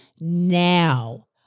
now